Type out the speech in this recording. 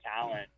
talent